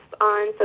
on